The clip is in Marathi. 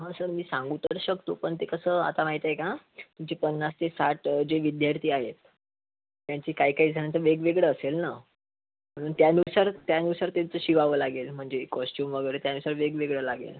हा सर मी सांगू तर शकतो पण ते कसं आता माहीत आहे का तुमची पन्नास ते साठ जे विद्यार्थी आहेत त्यांची काही काहीजणांचं वेगवेगळं असेल ना म्हणून त्यानुसार त्यानुसार त्यांचं शिवावं लागेल म्हणजे कॉसच्युम वगैरे त्यानुसार वेगवेगळं लागेल